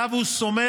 שעליו הוא סומך,